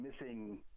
missing